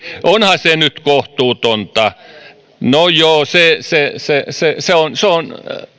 onhan se nyt kohtuutonta se on se on